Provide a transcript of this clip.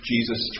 Jesus